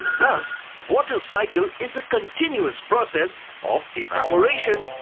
thus water cycle is a continuous process of evaporation,